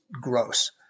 gross